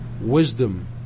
wisdom